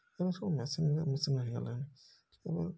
ଏବେ ସବୁ ମେସିନ୍ରେ ମେସିନାରୀ ହେଇଗଲାଣି ଏବଂ